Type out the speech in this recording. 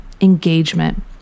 engagement